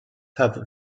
have